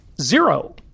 zero